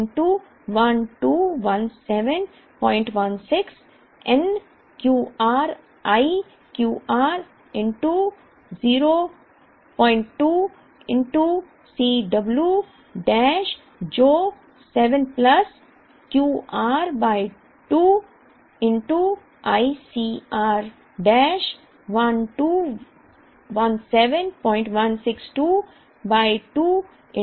तो 2 by 2 121716 n Q r i Q r 0 2 C w dash जो 7 plus Q r by 2 i C r dash 121716 2 by 2 02 13